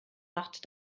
macht